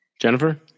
jennifer